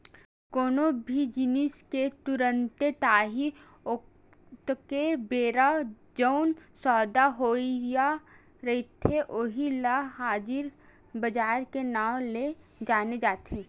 कोनो भी जिनिस के तुरते ताही ओतके बेर जउन सौदा होवइया रहिथे उही ल हाजिर बजार के नांव ले जाने जाथे